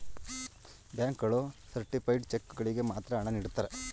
bank ಗಳು certified cheque ಗಳಿಗೆ ಮಾತ್ರ ಹಣ ನೀಡುತ್ತಾರೆ